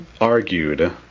argued